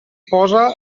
posa